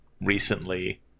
recently